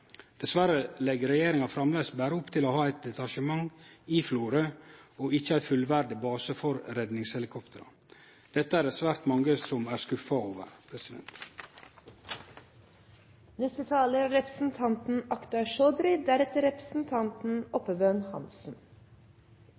Dessverre legg regjeringa framleis berre opp til å ha eit detasjement i Florø og ikkje ein fullverdig base for redningshelikopter. Dette er det svært mange som er skuffa over.